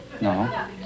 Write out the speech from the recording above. No